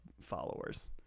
followers